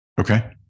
Okay